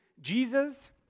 Jesus